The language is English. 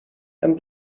and